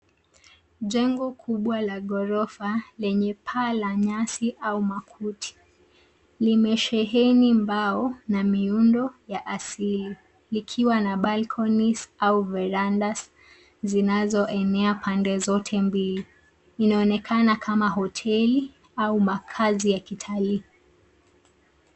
Jengo kubwa la ghorofa lenya paa la nyasi au makuti. Limesheheni mbao na miundo ya asili likiwa na balconies au verandahs zinazoenea pande zote mbili. Inaonekana kama hoteli au makazi ya kitalii.